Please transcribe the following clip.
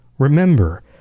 Remember